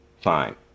Fine